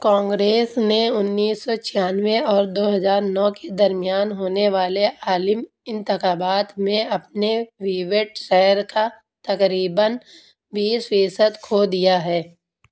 کانگریس نے انتیس سو چھیانوے اور دو ہزار نو کے درمیان ہونے والے عالم انتخابات میں اپنے ووٹ شیئر کا تقریباً بیس فیصد کھو دیا ہے